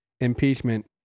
impeachment